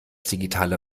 digitale